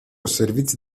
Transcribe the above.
servizi